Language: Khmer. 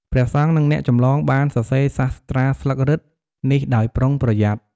ព្រះសង្ឃ និង អ្នកចម្លង បានសរសេរសាស្ត្រាស្លឹករឹតនេះដោយប្រុងប្រយ័ត្ន។